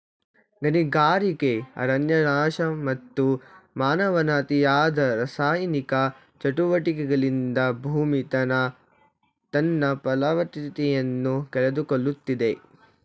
ಗಣಿಗಾರಿಕೆ, ಅರಣ್ಯನಾಶ, ಮತ್ತು ಮಾನವನ ಅತಿಯಾದ ರಾಸಾಯನಿಕ ಚಟುವಟಿಕೆಗಳಿಂದ ಭೂಮಿ ತನ್ನ ಫಲವತ್ತತೆಯನ್ನು ಕಳೆದುಕೊಳ್ಳುತ್ತಿದೆ